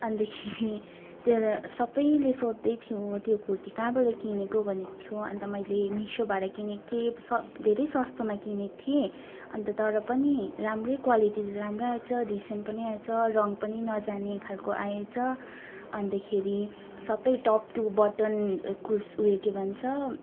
अन्तखेरि त्यसलाई सबैले सोद्धै थियो त्यो कुर्ती कहाँबाट किनेको भनेको थियो अन्त मैले मेसोबाट किनेको थिएँ सब धेरै सस्तोमा किनेको थिएँ अन्त तर पनि राम्रै क्वालिटी राम्रै आएछ डिसेन्ट पनि आएछ रङ्ग पनि नजाने खालको आएछ अन्तखेरि सबै टप टु बटम कुस उयो के भन्छ